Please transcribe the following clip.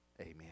Amen